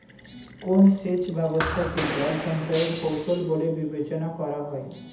কোন সেচ ব্যবস্থা কে জল সঞ্চয় এর কৌশল বলে বিবেচনা করা হয়?